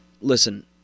listen